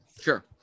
Sure